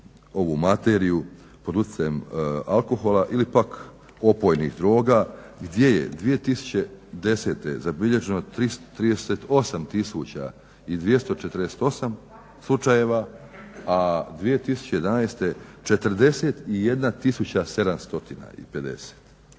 ovu materiju pod utjecajem alkohola ili pak opojnih droga gdje je 2010.zabilježeno 38 tisuća 248 slučajeva, a 2011. 41